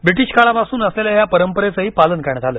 British काळापासून असलेल्या या परंपरेचही पालन करण्यात आलं